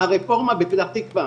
הרפורמה בפתח תקווה,